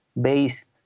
based